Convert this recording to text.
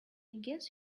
guess